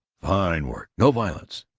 fine work. no violence.